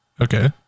Okay